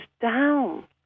down